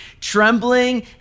trembling